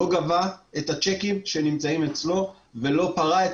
לא גבה את הצ'קים שנמצאים אצלו ולא פרע את